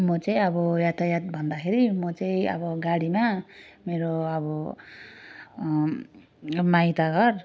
म चाहिँ अब यातायात भन्दाखेरि म चाहिँ अब गाडीमा मेरो अब माइतघर